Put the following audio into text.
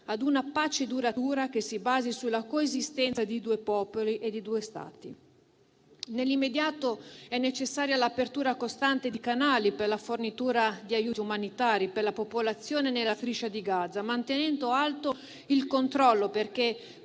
ad una pace duratura che si basi sulla coesistenza di due popoli e di due Stati. Nell'immediato è necessaria l'apertura costante di canali per la fornitura di aiuti umanitari per la popolazione nella Striscia di Gaza, mantenendo alto il controllo perché